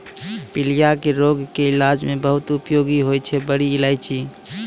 पीलिया के रोग के इलाज मॅ बहुत उपयोगी होय छै बड़ी इलायची